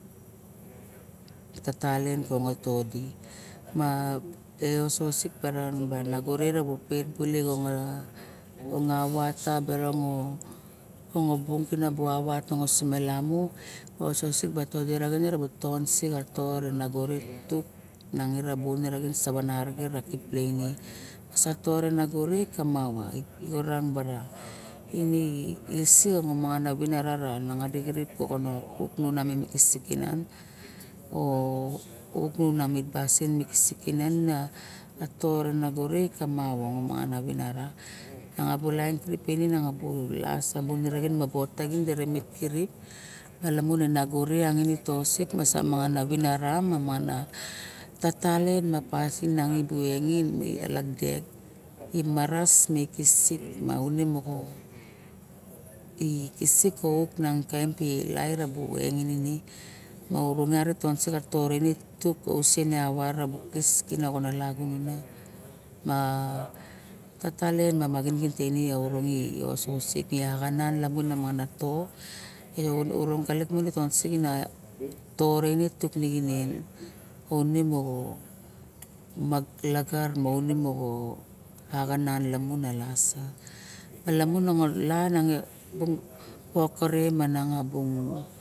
Tatalien tangotodi. Ma ia soxo sip barang bar nago reng tot bule ongavat ta obong tonobong ke buavat nongosing malamu moxo soxon sik to renagore tuk nangi buraxin laine saven arixen to re nago ikama urang bara ene lisy barang moxa viniraxin bulang saban arixen lainge ne ikamap avang manvinarai vanaro miang bu lain tirip elain tosep ma ivinaro tatalien ma pasin inang e bung uneraxin ma bu ot taxin malomun nagere ikamap mong avinara ma tatalien uneraxin ma bu ot taxin i maras ma lok dek imarai me kisik ma une mox kisik buxaet bu engi rait ive mor rong iat tonsek tore ocen ma taguvon ma tatalien magingin tene orong nan lamun na to me orang balik magalik maune lagar ma une moxo ana las malamun moxolam koke ra manabung.